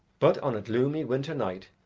but on a gloomy winter night,